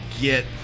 get